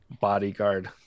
bodyguard